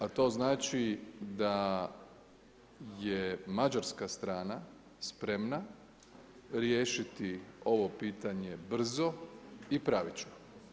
A to znači da je mađarska strana spremna riješiti ovo pitanje brzo i pravično.